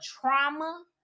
trauma